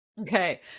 Okay